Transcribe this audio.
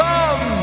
Come